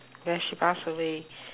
oh she passed away